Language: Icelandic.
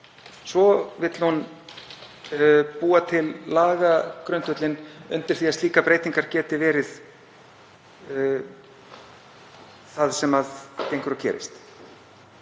svo vill hún búa til lagagrundvöllinn undir það að slíkar breytingar geti verið það sem gengur og gerist.